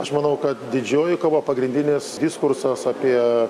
aš manau kad didžioji kova pagrindinis diskursas apie